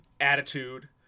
attitude